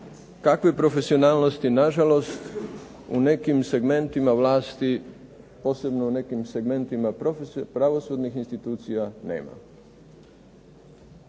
kakve profesionalnosti nažalost u nekim segmentima vlasti posebno u nekim segmentima pravosudnih institucija nema.